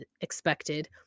expected